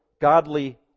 godly